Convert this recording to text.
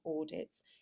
audits